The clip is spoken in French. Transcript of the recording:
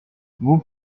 vous